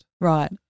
Right